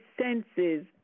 senses